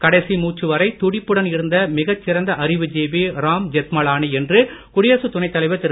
கடைசி மூச்சு வரை துடிப்புடன் இருந்த மிகச் சிறந்த அறிவுஜீவி ராம்ஜெத் மலானி என்று குடியரசு துணை தலைவர் திரு